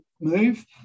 move